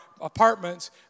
apartments